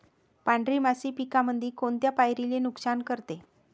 पांढरी माशी पिकामंदी कोनत्या पायरीले नुकसान करते?